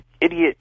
idiot